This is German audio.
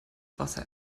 wasser